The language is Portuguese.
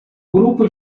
grupo